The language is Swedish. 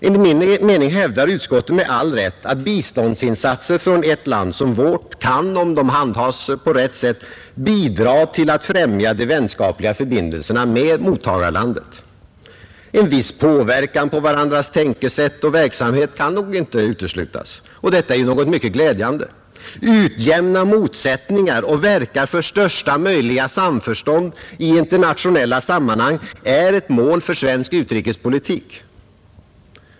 Enligt min mening hävdar utskottet med all rätt att biståndsinsatser från ett land som vårt kan, om de handhas på rätt sätt, bidra till att främja de vänskapliga förbindelserna med mottagarlandet. En viss påverkan på varandras tänkesätt och verksamhet kan nog inte uteslutas. Detta är ju något mycket glädjande. Utjämna motsättningar och verka för största möjliga samförstånd i internationella sammanhang är ett mål för svensk utrikespolitik.